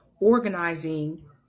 organizing